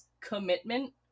commitment